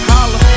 Holla